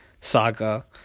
Saga